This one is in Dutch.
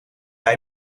bij